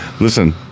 Listen